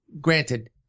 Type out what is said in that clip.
Granted